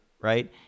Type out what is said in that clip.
right